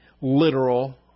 literal